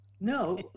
No